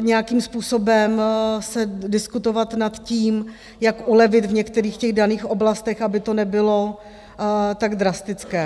nějakým způsobem diskutovat nad tím, jak ulevit v některých daných oblastech, aby to nebylo tak drastické.